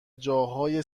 جاهای